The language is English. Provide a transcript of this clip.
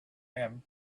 him